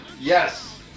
Yes